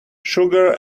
sugar